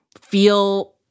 feel